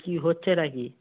কি হচ্ছেটা কি